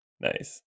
Nice